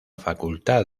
facultad